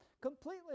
Completely